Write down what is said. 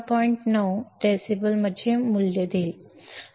9 डेसिबलचे मूल्य देईल